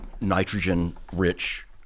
nitrogen-rich